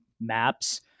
maps